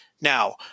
Now